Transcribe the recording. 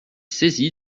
saisi